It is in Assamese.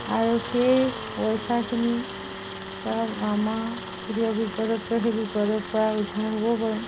আৰু সেই পইচাখিনিৰ পৰা আমাৰ কেতিয়াবা বিপদতকৈ সেই বিপদৰ পৰা উদ্ধাৰ হ'ব পাৰোঁ